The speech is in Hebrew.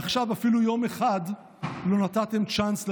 עכשיו אפילו יום אחד לא נתתם צ'אנס לממשלה,